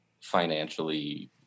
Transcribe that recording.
financially